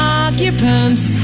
occupants